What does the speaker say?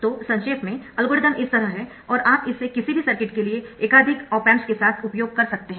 तो संक्षेप में एल्गोरिदम इस तरह है और आप इसे किसी भी सर्किट के लिए एकाधिक ऑप एम्प्स के साथ उपयोग कर सकते है